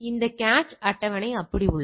இந்த கேச் அட்டவணை அப்படியே உள்ளது